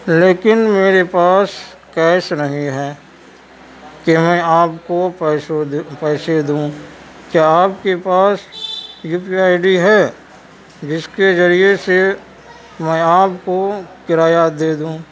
لیکن میرے پاس کیش نہیں ہے کہ میں آپ کو پیسے دوں کیا آپ کے پاس یو پی آئی ڈی ہے جس کے ذریعے سے میں آپ کو کرایہ دے دوں